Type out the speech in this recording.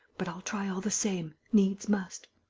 but i'll try all the same. needs must.